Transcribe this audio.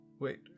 Wait